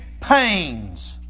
pains